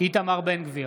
איתמר בן גביר,